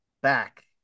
back